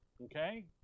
Okay